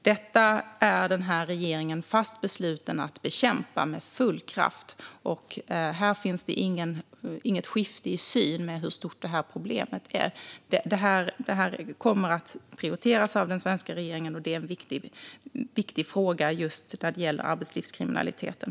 Detta är denna regering fast besluten att bekämpa med full kraft. Här finns det inget skifte i syn när det gäller hur stort detta problem är. Detta kommer att prioriteras av den svenska regeringen, och det är en viktig fråga just när det gäller arbetslivskriminaliteten.